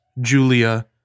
Julia